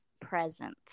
presence